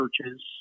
churches